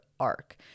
arc